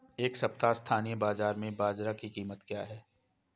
इस सप्ताह स्थानीय बाज़ार में बाजरा की कीमत क्या है?